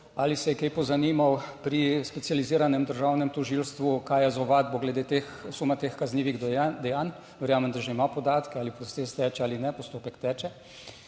ali se je kaj pozanimal pri Specializiranem državnem tožilstvu, kaj je z ovadbo glede suma teh kaznivih dejanj. Verjamem, da že ima podatke ali proces teče ali ne postopek teče.